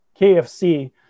KFC